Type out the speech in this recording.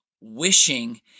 wishing